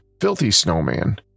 Filthy-Snowman